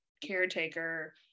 caretaker